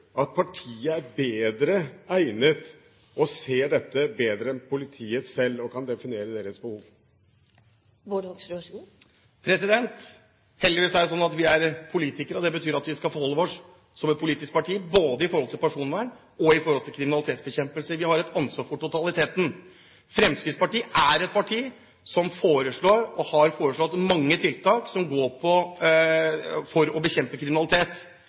at partiet er bedre egnet til å se dette enn politiet selv og kan definere deres behov? Heldigvis er det sånn at vi er politikere. Det betyr at vi som et politisk parti skal forholde oss både til personvern og til kriminalitetsbekjempelse. Vi har et ansvar for totaliteten. Fremskrittspartiet er et parti som foreslår, og som har foreslått, mange tiltak for å bekjempe kriminalitet.